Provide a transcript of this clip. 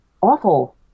awful